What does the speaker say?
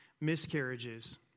miscarriages